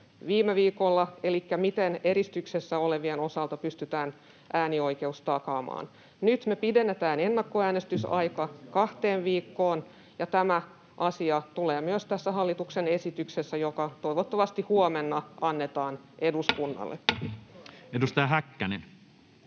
viime viikolla, elikkä miten eristyksessä olevien osalta pystytään äänioikeus takaamaan. [Jussi Halla-aho: Oli vain vuosi aikaa pohtia sitä!] Nyt me pidennetään ennakkoäänestysaikaa kahteen viikkoon, ja tämä asia tulee myös tässä hallituksen esityksessä, joka toivottavasti huomenna annetaan eduskunnalle. [Speech